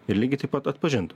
ir lygiai taip pat atpažintų